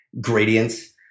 gradients